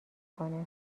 کنه